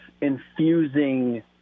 infusing